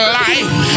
life